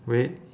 wait